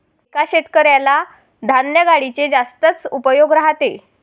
एका शेतकऱ्याला धान्य गाडीचे जास्तच उपयोग राहते